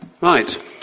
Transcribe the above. Right